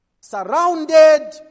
surrounded